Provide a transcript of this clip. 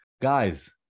guys